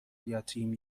یتیم